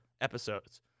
episodes